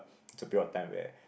there's a period of time where